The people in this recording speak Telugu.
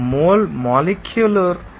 ఒక మోల్ మోలెక్యూలర్ 22